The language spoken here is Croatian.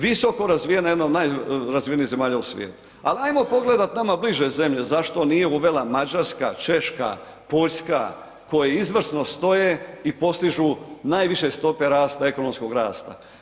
Visoko razvijena, jedna od najrazvijenijih zemalja u svijetu ali ajmo pogledat nama bliže zemlje zašto nije uvela Mađarska, Češka, Poljska koje izvrsno stoje i postižu najviše stope rasta, ekonomskog rasta.